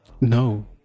No